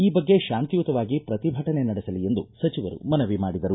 ಈ ಬಗ್ಗೆ ಶಾಂತಿಯುತವಾಗಿ ಶ್ರತಿಭಟನೆ ನಡೆಸಲಿ ಎಂದು ಸಚಿವರು ಮನವಿ ಮಾಡಿದರು